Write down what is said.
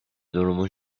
durumun